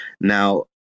Now